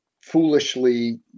foolishly